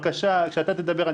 כשאתה תדבר,